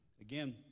Again